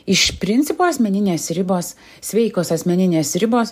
iš principo asmeninės ribos sveikos asmeninės ribos